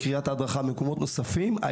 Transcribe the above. בקריית ההדרכה ובמקומות נוספים,